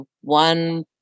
one